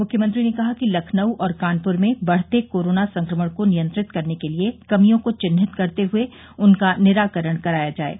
मुख्यमंत्री ने कहा कि लखनऊ और कानपुर में बढ़ते कोरोना संक्रमण को नियंत्रित करने के लिये कमियों को चिन्हित करते हुए उनका निराकरण कराया जाये